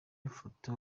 ifoto